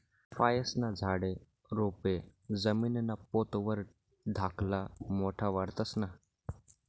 फयेस्ना झाडे, रोपे जमीनना पोत वर धाकला मोठा वाढतंस ना?